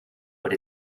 but